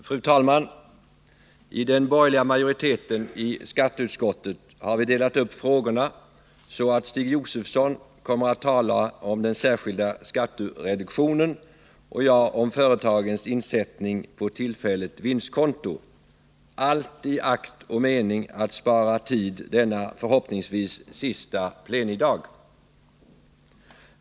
Fru talman! Den borgerliga majoriteten i skatteutskottet har delat upp frågorna så, att Stig Josefson kommer att tala om den särskilda skattereduktionen och jag om företagens insättningar på tillfälligt vinstkonto, allt i akt och mening att spara tid denna förhoppningsvis sista plenidag.